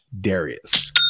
Darius